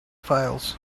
files